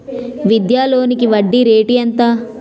విద్యా లోనికి వడ్డీ రేటు ఎంత?